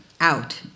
out